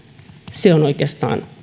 ovat oikeastaan